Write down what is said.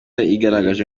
yigaragaje